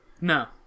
No